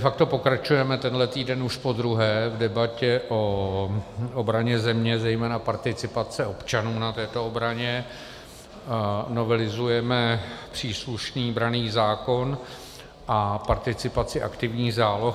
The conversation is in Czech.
De facto pokračujeme tenhle týden už podruhé v debatě o obraně země, zejména participaci občanů na této obraně, novelizujeme příslušný branný zákon a participaci aktivních záloh.